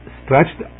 stretched